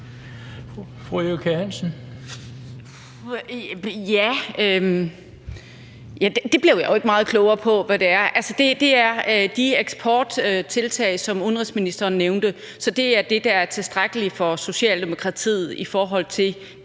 (V): Det blev jeg jo ikke meget klogere af. Det er altså de eksporttiltag, som udenrigsministeren nævnte, der er tilstrækkeligt for Socialdemokratiet i forhold til